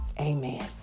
Amen